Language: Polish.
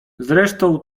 zresztą